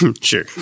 Sure